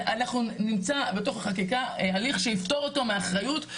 אנחנו נמצא בתוך החקיקה הליך שיפתור אותם מאחריות,